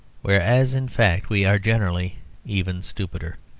whereas, in fact, we are generally even stupider.